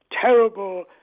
terrible